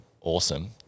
awesome